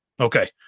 Okay